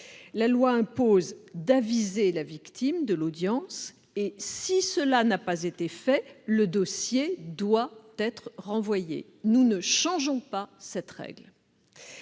La loi impose d'aviser la victime de l'audience et, si cela n'a pas été fait, le dossier doit être renvoyé. Nous ne changeons pas cette règle.